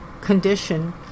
condition